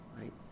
right